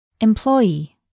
Employee